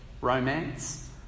romance